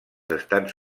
estats